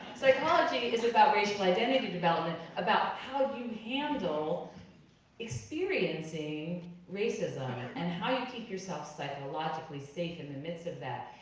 psychology is about racial identity development, about how you handle experiencing racism. and how you keep yourself psychologically safe in the midst of that.